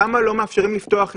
למה לא מאפשרים לפתוח אתכם?